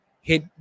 hit